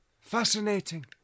Fascinating